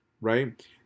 Right